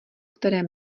které